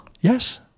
Yes